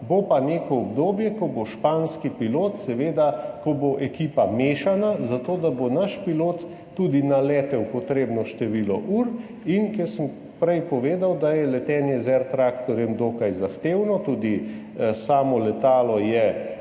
Bo pa neko obdobje, ko bo španski pilot, ko bo ekipa mešana zato, da bo naš pilot tudi letel potrebno število ur, ker sem prej povedal, da je letenje z air tactorjem dokaj zahtevno. Tudi samo letalo je,